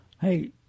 Hey